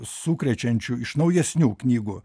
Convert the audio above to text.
sukrečiančių iš naujesnių knygų